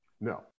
No